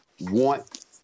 want